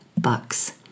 Bucks